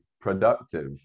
productive